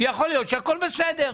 יכול להיות שהכול בסדר.